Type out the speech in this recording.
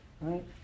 right